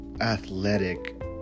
athletic